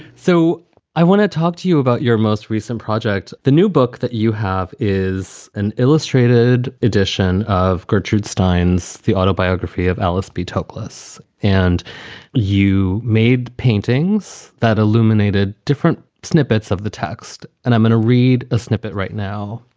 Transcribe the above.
so i want to talk to you about your most recent project. the new book that you have is an illustrated edition of gertrude stein's the autobiography of alice b toklas. and you made paintings that illuminated different snippets of the text. and i'm going to read a snippet right now.